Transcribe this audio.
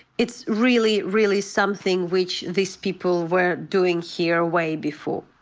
it's really, really something which these people were doing here way before.